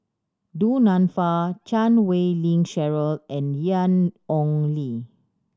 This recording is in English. Du Nanfa Chan Wei Ling Cheryl and Ian Ong Li